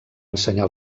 ensenyar